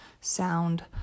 sound